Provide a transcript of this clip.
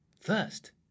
first